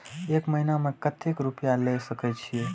एक महीना में केते रूपया ले सके छिए?